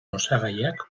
osagaiak